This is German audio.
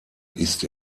ist